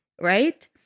Right